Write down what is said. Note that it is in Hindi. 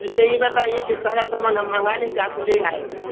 जो चाहिए बताइए कि सारा सामान हम मँगा लें कि आप ले आएँगे